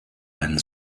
einen